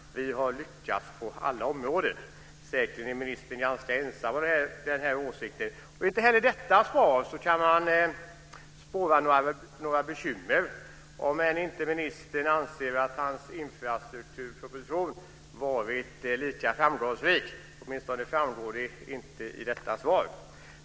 Vi har lyckats på alla områden". Säkert är ministern ganska ensam om den åsikten. Inte heller i detta svar kan man spåra några bekymmer, om än inte ministern anser att hans infrastrukturproposition varit lika framgångsrik; åtminstone framgår det inte av detta svar.